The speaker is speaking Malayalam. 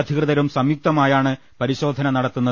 അധികൃതരും സംയുക്തമായാണ് പരിശോധന നടത്തുന്നത്